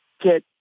get